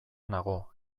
nago